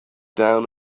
down